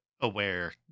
aware